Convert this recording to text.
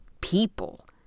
people